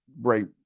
right